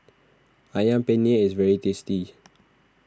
Ayam Penyet is very tasty